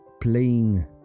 playing